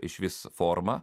išvis formą